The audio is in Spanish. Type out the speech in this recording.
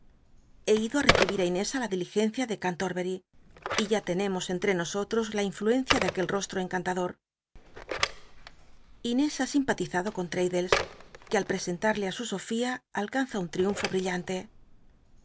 he ido i recibir í inés ü la di ligencia de cantorbety y ya tenemos entre nosotros la influencia de aquel rostro encantador inés ha sim patizado con l'raddles que al ptcsental'le á su sofía a lcanza un tti